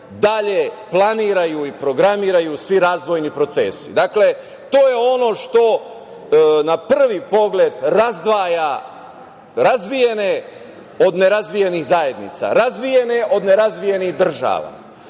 dalje planiraju i programiraju svi razvojni procesi. Dakle, to je ono što na prvi pogled razdvaja razvijene od nerazvijenih zajednica, razvijene od nerazvijenih država,